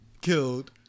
Killed